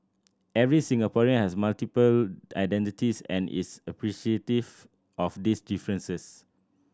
every Singaporean has multiple identities and is appreciative of these differences